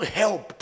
help